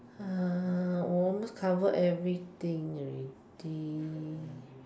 we almost cover everything already